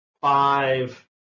five